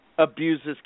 abuses